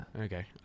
Okay